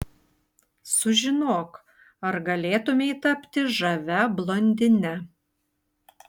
sužinok ar galėtumei tapti žavia blondine